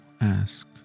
ask